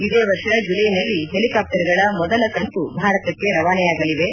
ಇದೇ ವರ್ಷ ಜುಲೈನಲ್ಲಿ ಹೆಲಿಕಾಪ್ಸರ್ಗಳ ಮೊದಲ ಕಂತು ಭಾರತಕ್ಕೆ ರವಾನೆಯಾಗಲಿವೆ